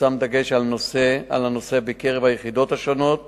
הושם דגש על הנושא ביחידות השונות